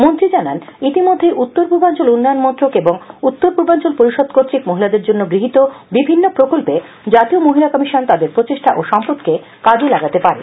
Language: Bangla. মন্ত্রী জানান ইতিমধ্যেই উত্তর পূর্বাঞ্চল উন্নয়ন মন্ত্রক এবং উত্তর পূর্বাঞ্চল পরিষদ কর্তৃক মহিলাদের জন্য গৃহীত বিভিন্ন প্রকল্পে জাতীয় মহিলা কমিশন তাদের প্রচেষ্টা ও সম্পদকে কাজে লাগাতে পারে